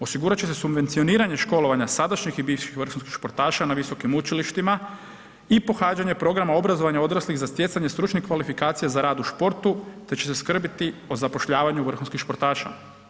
Osigurat će se subvencioniranje školovanja sadašnjih i bivših vrhunskih športaša na visokim učilištima i pohađanje programa obrazovanja odraslih za stjecanje stručnih kvalifikacija za rad u športu te će se skrbiti o zapošljavanju vrhunskih športaša.